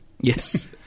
Yes